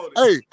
hey